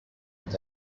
est